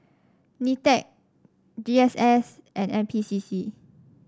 Nitec G S S and N P C C